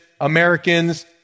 Americans